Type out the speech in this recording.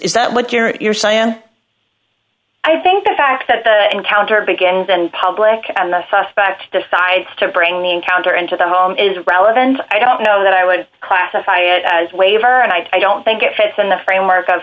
is that what you're saying and i think the fact that the encounter begins and public and the suspect decides to bring the encounter into the home isn't relevant i don't know that i would classify it as a waiver and i don't think it fits in the framework of